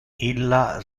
illa